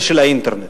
נושא האינטרנט.